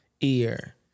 ear